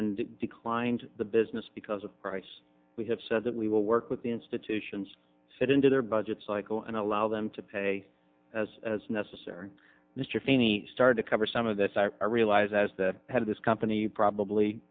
been declined the business because of price we have said that we will work with the institutions fit into their budget cycle and allow them to pay as necessary mr feeney star to cover some of this i realize as the head of this company probably